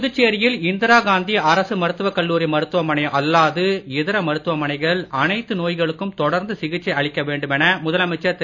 புதுச்சேரியில் இந்திரா காந்தி அரசு மருத்துவக் கல்லூரி மருத்துவமனை அல்லாது இதர மருத்துவமனைகள் எல்லா நோய்களுக்கும் தொடர்ந்து சிகிச்சை அளிக்க வேண்டுமென முதலமைச்சர் திரு